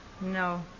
No